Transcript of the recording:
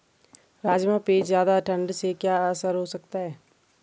राजमा पे ज़्यादा ठण्ड से क्या असर हो सकता है?